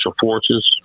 forces